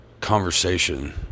conversation